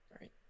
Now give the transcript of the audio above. Right